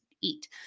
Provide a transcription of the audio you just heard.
eat